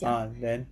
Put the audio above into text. ah then